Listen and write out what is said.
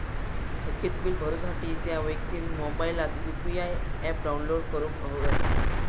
थकीत बील भरुसाठी त्या व्यक्तिन मोबाईलात यु.पी.आय ऍप डाउनलोड करूक हव्या